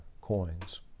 coins